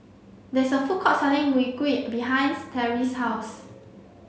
there is a food court selling Mui Kee behind Terri's house